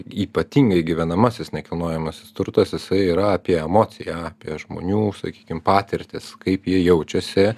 ypatingai gyvenamasis nekilnojamasis turtas jisai yra apie emociją apie žmonių sakykim patirtis kaip jie jaučiasi